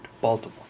Baltimore